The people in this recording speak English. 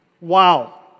Wow